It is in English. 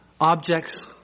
objects